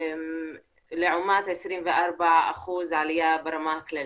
לעומת 24% עלייה ברמה הכללית.